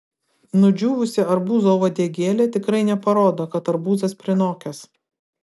nudžiūvusi arbūzo uodegėlė tikrai neparodo kad arbūzas prinokęs